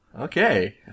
okay